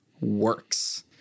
works